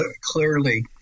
Clearly